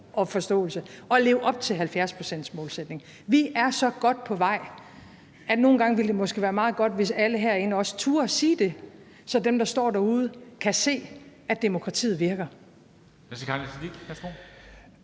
og forståelse og leve op til 70-procentsmålsætningen. Vi er så godt på vej, at nogle gange ville det måske være meget godt, hvis alle herinde også turde sige det, så dem, der står derude, kan se, at demokratiet virker.